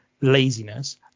Laziness